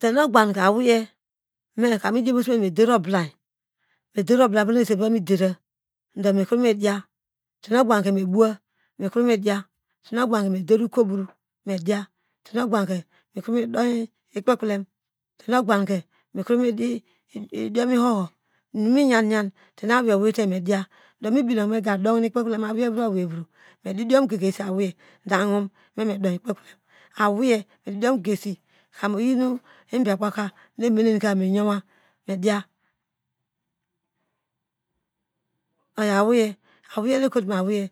Tenogbake awei meka idiomosome mediio oblay mivon esen miva medira do mekremidiya teno gbake mebowa miko me diya teno gbanke mikri mikri midoyi ikpekprem tenogbum inumiya yan mediya aweivro aweivro medidiom gegesi kamu oyino ibiakpaka nu emene miyowo mediya aweiyi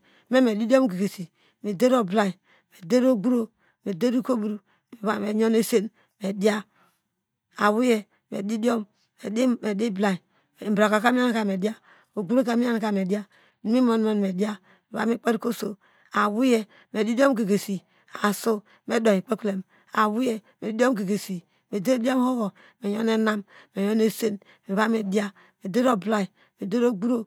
medidiom gegesi asu medioyi ikeplem awei me didiom gegesi asu medier idiom ihoho meyon enam meyon esen miva midiya medier oblayi ogbro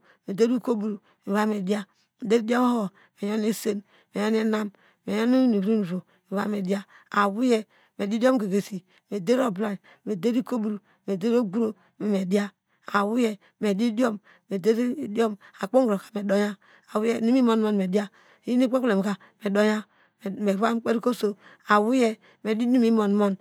okobro mivamidiya medier idiomo ihoho me yon isen meyon inam meyon inuvro inuvro awei medidiom gegesi medier oblay medier ikobro medeir ogboro midier aweiye me diom akpogroka medoya inum nu mimonmon me diya awei medi inum mimon.